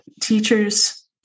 teachers